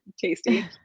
tasty